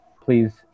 Please